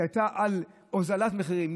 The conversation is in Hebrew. על הורדת מחירים,